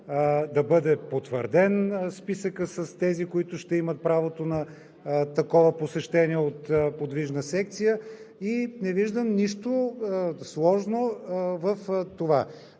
да бъде потвърден списъкът с тези, които ще имат правото на такова посещение от подвижна секция и не виждам нищо сложно в това.